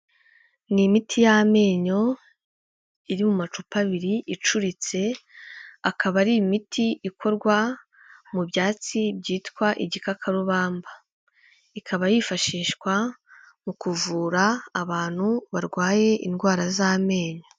Ni imiti y'amenyo iri mu macupa abiri icuritse akaba ari imiti ikorwa mu byatsi byitwa igikakarubamba, ikaba yifashishwa mu kuvura abantu barwaye indwara z'amenyo.